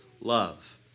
love